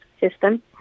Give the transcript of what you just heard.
system